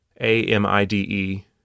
A-M-I-D-E